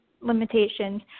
limitations